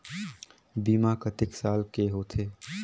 बीमा कतेक साल के होथे?